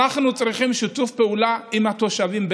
אנחנו צריכים שיתוף פעולה יחד עם התושבים.